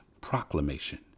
proclamation